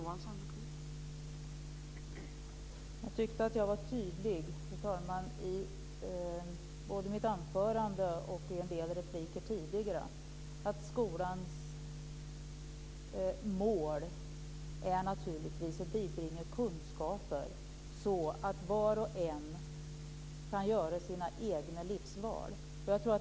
Fru talman! Jag tyckte att jag var tydlig i både mitt anförande och mina tidigare repliker om att skolans mål naturligtvis är att bibringa kunskaper så att var och en kan göra sina egna livsval.